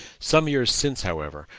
some years since, however,